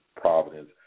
Providence